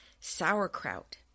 sauerkraut